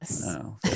no